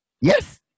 Yes